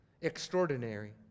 extraordinary